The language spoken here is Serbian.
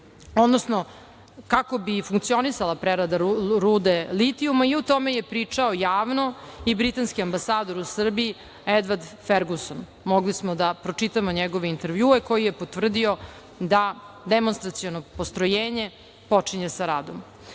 način, kako bi funkcionisala prerada rude litijuma i o tome je pričao javno i Britanski ambasador u Srbiji, Edvard Ferguson, mogli smo da pročitamo njegove intervjue koje je potvrdio da demonstraciono postrojenje počinje sa radom. Iako